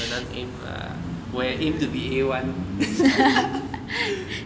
很难 aim lah 我也 aim to be A one